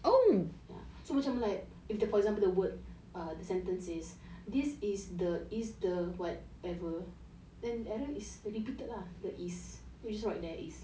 so macam like if the for example the word err the sentence is this is the is the whatever then error is the repeated lah the is just write there is